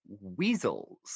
weasels